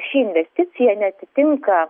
ši investicija neatitinka